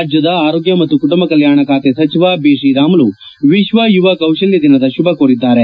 ರಾಜ್ಯದ ಆರೋಗ್ಯ ಮತ್ತು ಕುಟುಂಬ ಕಲ್ನಾಣ ಖಾತೆ ಸಚಿವ ಬಿತ್ರೀರಾಮುಲು ವಿಶ್ವ ಯುವ ಕೌಶಲ್ಲ ದಿನದ ಶುಭ ಕೋರಿದ್ದಾರೆ